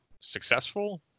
successful